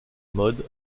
mode